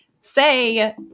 say